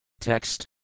Text